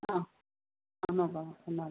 ആ ആ നോക്കാം ഒന്നാം തീയതി